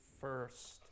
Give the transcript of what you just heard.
first